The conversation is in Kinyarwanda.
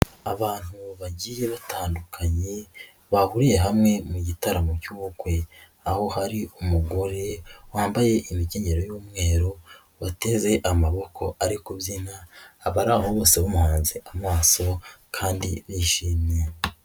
Abantu bagiye batandukanye, bahuriye hamwe mu gitaramo cy'ubukwe, aho hari umugore wambaye imkeyinnyero y'umweru, wateze amaboko, ari kubyina, abari aho bose bamuhanze amaso kandi bishimye.